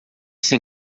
sem